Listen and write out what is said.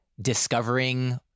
discovering